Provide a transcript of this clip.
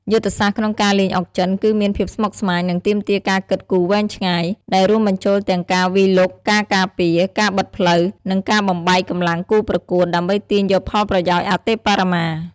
យុទ្ធសាស្ត្រក្នុងការលេងអុកចិនគឺមានភាពស្មុគស្មាញ និងទាមទារការគិតគូរវែងឆ្ងាយ ដែលរួមបញ្ចូលទាំងការវាយលុក ការការពារ ការបិទផ្លូវ និងការបំបែកកម្លាំងគូប្រកួត ដើម្បីទាញយកផលប្រយោជន៍អតិបរមា។